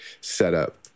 setup